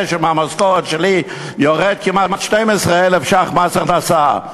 שמהמשכורת שלי יורדים כמעט 12,000 ש"ח מס הכנסה.